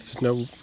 No